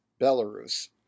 Belarus